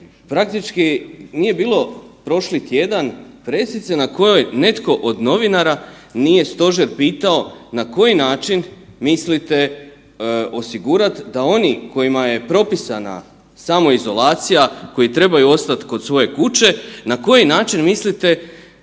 praktički nije bilo prošli tjedan pressice na kojoj netko od novinara nije stožer pitao na koji način mislite osigurat da oni kojima je propisana samoizolacija koji trebaju ostati kod svoje kuće, na koji način mislite